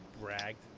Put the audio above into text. bragged